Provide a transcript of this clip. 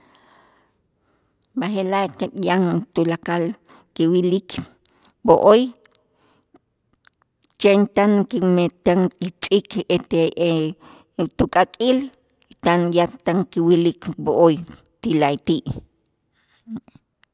B'aje'laj yan tulakal kiwilik b'o'oy chen tan ukime tan kitz'ik ete u tuk'aak'il tan ya tan kiwilik b'o'oy ti la'ayti'.